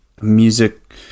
music